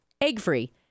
egg-free